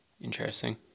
Interesting